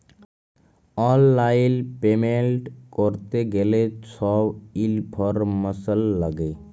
অললাইল পেমেল্ট ক্যরতে গ্যালে ছব ইলফরম্যাসল ল্যাগে